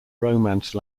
romance